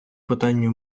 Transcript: питанню